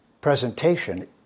presentation